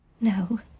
no